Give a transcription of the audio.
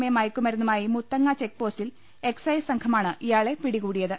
A മയക്കുമരുന്നുമായി മുത്തങ്ങ ചെക്പോസ്റ്റിൽ excise സംഘമാണ് ഇയാളെ പിടികൂടിയത്